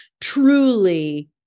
truly